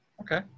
Okay